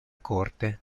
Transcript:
corte